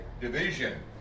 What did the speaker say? division